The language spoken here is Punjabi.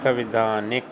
ਸੰਵਿਧਾਨਿਕ